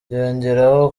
yongeraho